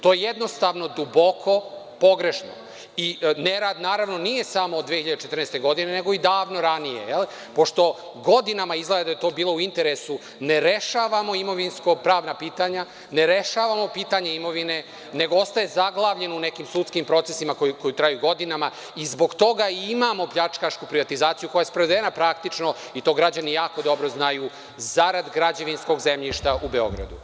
To je jednostavno duboko, pogrešno i nerad, naravno, nije samo od 2014. godine, nego i davno ranije, pošto godinama, izgleda da je to bilo u interesu, ne rešavamo imovinsko-pravna pitanja, ne rešavamo pitanje imovine, nego ostaje zaglavljeno u nekim sudskim procesima koji traju godinama i zbog toga i imamo pljačkašku privatizaciju koja je sprovedena praktično i to građani jako dobro znaju zarad građevinskog zemljišta u Beogradu.